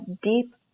deep